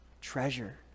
treasure